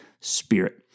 spirit